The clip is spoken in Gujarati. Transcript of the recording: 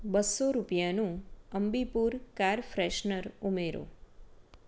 બસો રૂપિયાનું અમ્બીપુર કાર ફ્રેશનર ઉમેરો